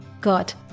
got